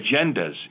agendas